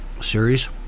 series